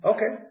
Okay